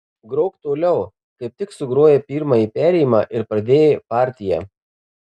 grok toliau kaip tik sugrojai pirmąjį perėjimą ir pradėjai partiją